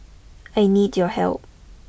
I need your help